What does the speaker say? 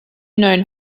known